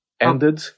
ended